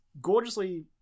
gorgeously